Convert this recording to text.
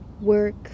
work